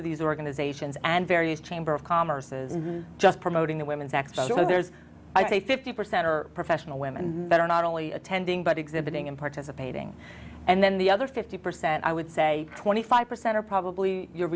of these organizations and various chamber of commerce's just promoting the women's x show there's i say fifty percent or professional women that are not only attending but exhibiting and participating and then the other fifty percent i would say twenty five percent are probably you